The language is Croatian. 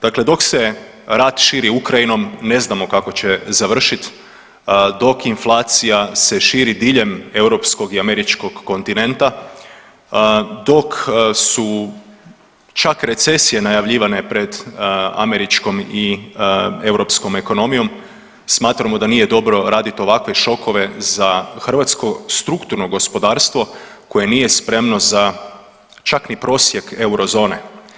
Dakle, dok se rat širi Ukrajinom ne znamo kako će završiti, dok inflacija se širi diljem europskog i američkog kontinenta, dok su čak recesije najavljivane pred američkom i europskom ekonomijom smatramo da nije dobro raditi ovakve šokove za hrvatsko strukturno gospodarstvo koje nije spremno za čak ni prosjek eurozone.